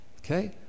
okay